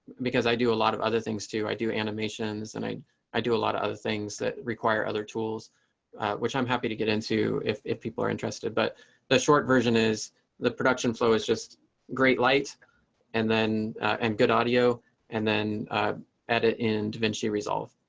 because i do a lot of other things too. i do animations and i i do a lot of other things that require other tools which i'm happy to get into. if if people are interested, but the short version is the production flow is just great light and then and good audio and then edit in davinci resolve.